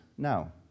No